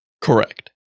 Correct